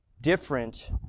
different